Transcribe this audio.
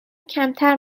کمتر